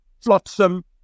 flotsam